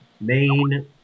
main